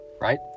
right